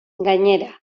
gainera